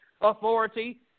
authority